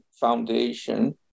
foundation